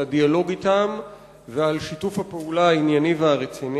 על הדיאלוג אתם ועל שיתוף הפעולה הענייני והרציני.